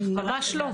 ממש לא,